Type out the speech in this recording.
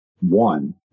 one